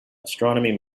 astronomy